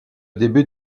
début